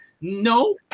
No